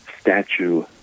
statue